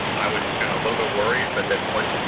i was just kinda a little bit worried, but then once, you